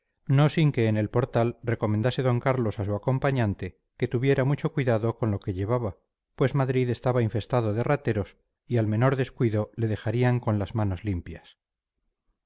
no sin que en el portal recomendase d carlos a su acompañante que tuviera mucho cuidado con lo que llevaba pues madrid estaba infestado de rateros y al menor descuido le dejarían con las manos limpias